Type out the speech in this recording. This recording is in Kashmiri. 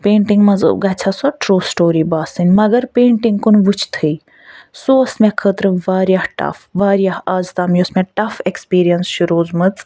پینٹِنٛگ منٛز ٲں گژھہِ ہا سۄ ٹرٛوٗ سِٹوری باسٕنۍ مگر پینٹِنٛگ کُن وُچھتٕے سُہ اوس مےٚ خٲطرٕ واریاہ ٹَف واریاہ آز تام یۄس مےٚ ٹَف ایٚکٕسپریٖنٕس چھِ روٗزمٕژ